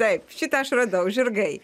taip šitą aš radau žirgai